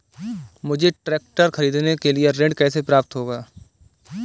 मुझे ट्रैक्टर खरीदने के लिए ऋण कैसे प्राप्त होगा?